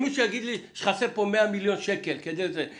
אם מישהו יגיד לי שחסרים כאן 100 מיליון שקלים ואני